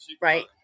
right